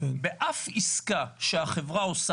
באף עסקה שהחברה עושה,